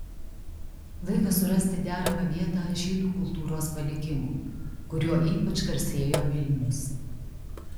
laikas surasti deramą vietą žydų kultūros palikimui kuriuo ypač garsėjo vilnius